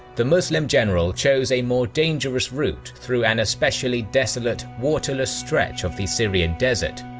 the muslim general chose a more dangerous route through an especially desolate, waterless stretch of the syrian desert,